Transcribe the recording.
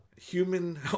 human